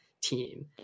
team